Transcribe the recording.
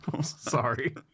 Sorry